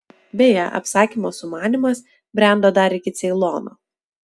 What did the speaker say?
beje apsakymo sumanymas brendo dar iki ceilono